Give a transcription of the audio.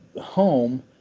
home